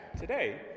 today